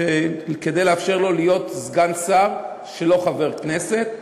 כדי לאפשר לו להיות סגן שר שאינו חבר כנסת,